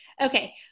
Okay